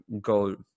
go